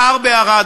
קר בערד,